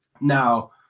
now